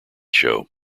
show